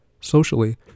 Socially